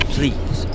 Please